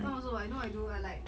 mine also [what] you know I do I like